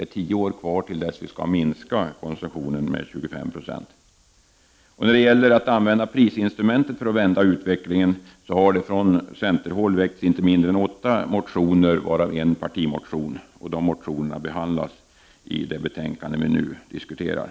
Om tio år skall vi alltså ha minskat alkoholkonsumtionen med 25 96. När det gäller att använda prisinstrumentet för att vända utvecklingen har det från centerhåll väckts inte mindre än åtta motioner, varav en partimotion. De motionerna behandlas i det betänkande vi nu diskuterar.